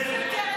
שנאה.